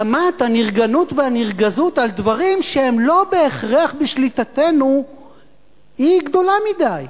רמת הנרגנות והנרגזות על דברים שהם לא בהכרח בשליטתנו היא גדולה מדי,